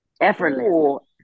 effortless